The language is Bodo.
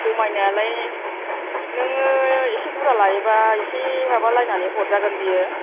खमायनायालाय नोङो एसे बुरजा लायोबा एसे माबालायनानै हरजागोन बियो